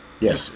Yes